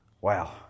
Wow